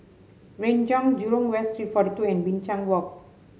Renjong Jurong West Street forty two and Binchang Walk